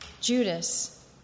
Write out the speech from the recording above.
Judas